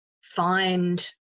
find